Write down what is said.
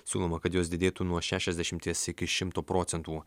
siūloma kad jos didėtų nuo šešiasdešimties iki šimto procentų